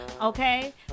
okay